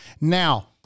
now